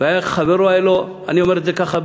אני אומר את זה ככה,